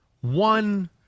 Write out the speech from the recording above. one –